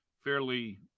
fairly